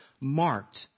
marked